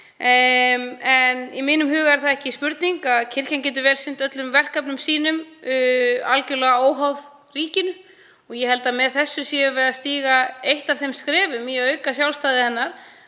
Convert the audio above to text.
Í mínum huga er ekki spurning að kirkjan getur vel sinnt öllum verkefnum sínum algjörlega óháð ríkinu. Ég held að með þessu séum við að stíga eitt skref í að auka sjálfstæði hennar,